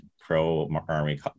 pro-Army